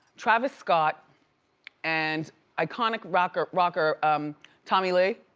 travis scott and iconic rocker rocker um tommy lee